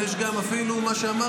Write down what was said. ויש גם אפילו מה שאמרתי,